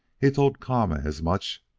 he told kama as much,